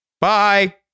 Bye